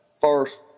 first